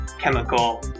chemical